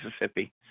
Mississippi